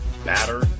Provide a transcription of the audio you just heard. batter